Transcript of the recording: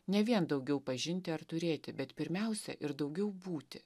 ne vien daugiau pažinti ar turėti bet pirmiausia ir daugiau būti